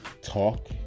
talk